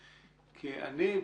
כי אני,